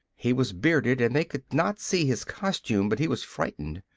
he was bearded and they could not see his costume, but he was frightened.